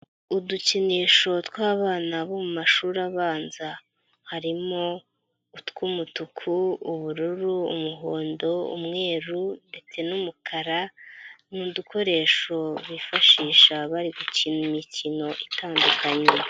Udukinisho tw'abana bo mu mashuri abanza, harimo utw'umutuku, ubururu, umuhondo, umweru ndetsete n'umukara, ni udukoresho bifashisha bari gukina imikino itandukanye.